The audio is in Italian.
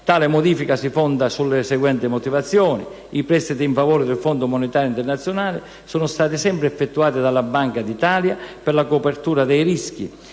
Tale modifica si fonda sulle seguenti motivazioni: i prestiti in favore del Fondo monetario internazionale sono stati sempre effettuati dalla Banca d'Italia sul presupposto